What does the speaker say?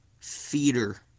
Feeder